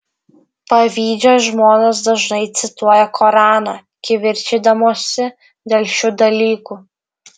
pavydžios žmonos dažnai cituoja koraną kivirčydamosi dėl šių dalykų